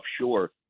offshore